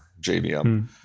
JVM